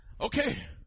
okay